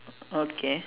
okay